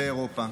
באירופה.